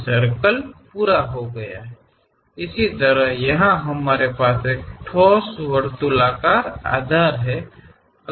ಅಂತೆಯೇ ಇಲ್ಲಿ ನಾವು ಕ್ರಾಂತಿಯ ಘನತೆಯನ್ನು ಹೊಂದಿದ್ದೇವೆ